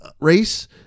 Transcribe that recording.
race